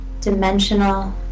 dimensional